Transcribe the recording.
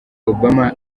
obama